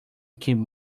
can